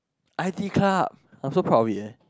I T club I'm so pro with leh